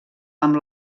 amb